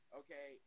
okay